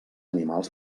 animals